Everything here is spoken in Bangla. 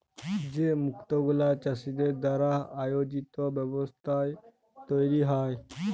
যে মুক্ত গুলা চাষীদের দ্বারা আয়জিত ব্যবস্থায় তৈরী হ্যয়